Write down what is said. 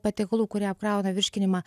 patiekalų kurie apkrauna virškinimą